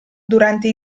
durante